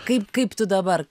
kaip kaip tu dabar